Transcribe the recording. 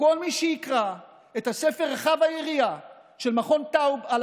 וכל מי שיקרא את הספר רחב היריעה של מכון טאוב על